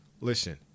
listen